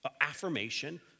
affirmation